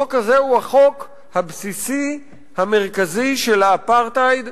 החוק הזה הוא החוק הבסיסי המרכזי של האפרטהייד,